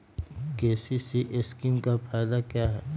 KCC scheme का फायदा क्या है?